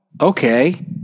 okay